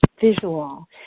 visual